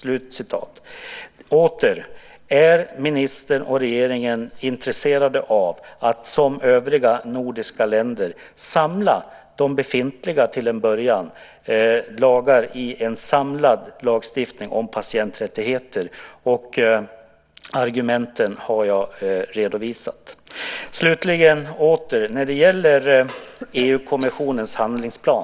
Är alltså ministern och regeringen intresserade av att liksom övriga nordiska länder samla, till en början befintliga, lagar i en gemensam lagstiftning om patienträttigheter? Argumenten för detta har jag tidigare redovisat. Slutligen gäller det återigen EU-kommissionens handlingsplan.